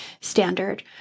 standard